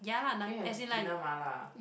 can you have dinner mala